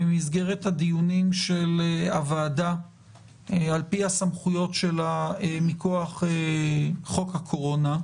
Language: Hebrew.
במסגרת הדיונים של הוועדה על פי הסמכויות שלה מכוח חוק הקורונה,